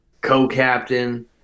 co-captain